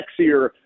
sexier